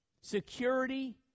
security